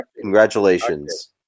Congratulations